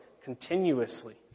continuously